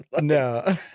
no